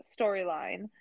storyline